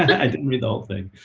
i didn't read the whole thing.